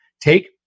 take